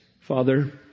Father